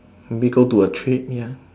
maybe go to a trade ya